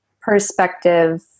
perspective